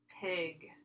Pig